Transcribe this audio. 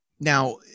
Now